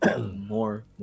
more